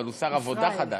אבל הוא שר עבודה חדש.